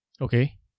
Okay